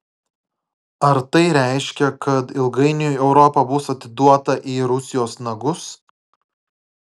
ar tai reiškia kad ilgainiui europa bus atiduota į rusijos nagus